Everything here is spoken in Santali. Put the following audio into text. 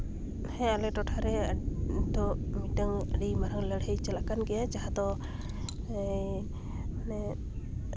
ᱦᱮᱸ ᱟᱞᱮ ᱴᱚᱴᱷᱟ ᱨᱮᱫᱚ ᱢᱤᱫᱴᱟᱝ ᱟᱹᱰᱤ ᱢᱟᱨᱟᱝ ᱞᱟᱹᱲᱦᱟᱹᱭ ᱪᱟᱞᱟᱜ ᱠᱟᱱ ᱜᱮᱭᱟ ᱡᱟᱦᱟᱸ ᱫᱚ ᱢᱟᱱᱮ